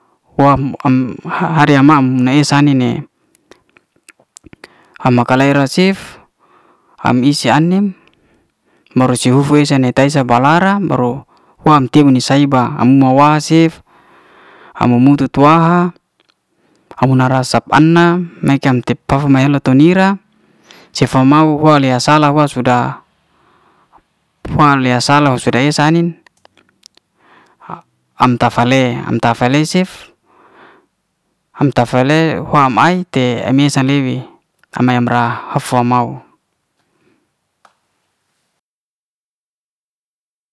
Wuam'ham hari ya mam na esa ni ne ham makala lera cef am ise ai'nim baru ise ufu ne tai'sa bala'rang baru huam teba ne saiba am ma'wasif, am ma mutuh tu wa'ha abu'nara sab'ana naikan te fa fa na'elo to nyira cef'amau hua le salah wal sudah hua le salah wal sudah esa sa'nin a am ta fa'le am ta fa'le cef, am ta'fale fam ai'te misa neuwi am maya'bra hafa mau